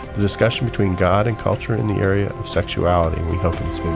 the discussion between god and culture in the area of sexuality, and we